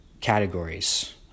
categories